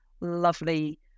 lovely